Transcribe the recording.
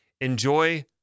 Enjoy